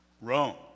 Rome